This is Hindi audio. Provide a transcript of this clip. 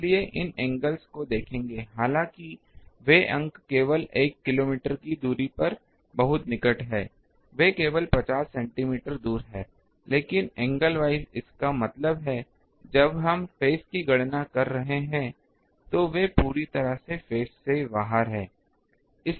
इसलिए इन एंगल्स को देखेंगे हालांकि वे अंक केवल एक किलोमीटर की दूरी पर बहुत निकट हैं वे केवल 50 सेंटीमीटर दूर हैं लेकिन एंगल वाइज इसका मतलब है जब हम फेज की गणना कर रहे हैं तो वे पूरी तरह से फेज से बाहर हैं